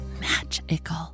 magical